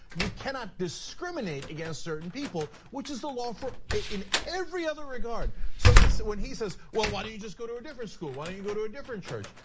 you cannot discriminate against certain people. which is the law for, in every other regard. so, when he says, well, why don't you just go to a different school? why don't you go to a different church?